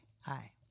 Hi